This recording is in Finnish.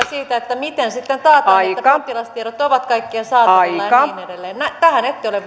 siitä miten sitten taataan että potilastiedot ovat kaikkien saatavilla ja niin edelleen tähän ette ole